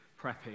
prepping